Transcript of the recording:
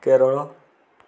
Kerala